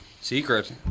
secret